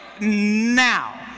now